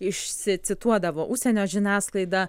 išsicituodavo užsienio žiniasklaida